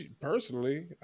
personally